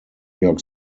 york